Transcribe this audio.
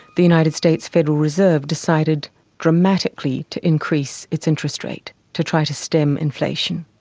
the united states federal reserve decided dramatically to increase its interest rate, to try to stem inflation.